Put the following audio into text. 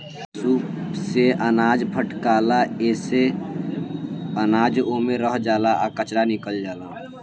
सूप से अनाज फटकाला एसे अनाज ओमे रह जाला आ कचरा निकल जाला